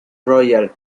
royal